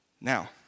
Now